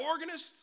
organist